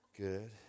Good